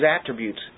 attributes